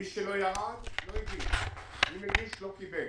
מי שלא ירד לא הגיש, מי ---, לא קיבל,